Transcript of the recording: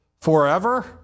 forever